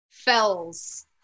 fells